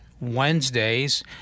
Wednesdays